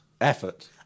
Effort